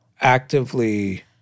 actively –